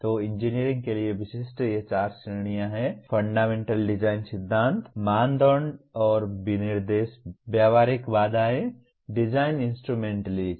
तो इंजीनियरिंग के लिए विशिष्ट ये चार श्रेणियां हैं फंडामेंटल डिजाइन सिद्धांत मानदंड और विनिर्देश व्यावहारिक बाधाएं डिजाइन इंस्ट्रूमेंटैलिटी